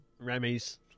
remy's